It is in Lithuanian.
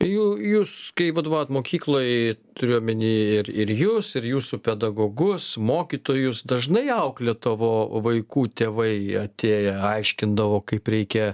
jū jūs kai vadovaujat mokyklai turiu omeny ir ir jus ir jūsų pedagogus mokytojus dažnai auklė tavo vaikų tėvai atėję aiškindavo kaip reikia